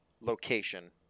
location